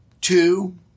Two